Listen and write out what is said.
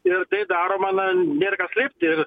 ir tai daroma na nėr ką slėpt ir